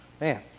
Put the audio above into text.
Man